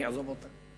אני אעזוב אותה.